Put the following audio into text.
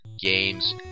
games